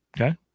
Okay